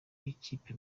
n’ikipe